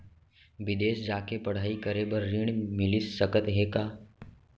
बिदेस जाके पढ़ई करे बर ऋण मिलिस सकत हे का?